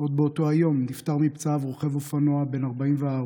עוד באותו היום נפטר מפצעיו רוכב אופנוע בן 44,